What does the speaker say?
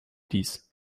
dies